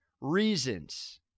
reasons